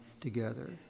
together